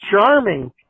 charming